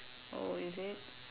oh is it